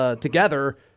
together